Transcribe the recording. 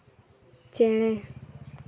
ᱪᱮᱬᱮ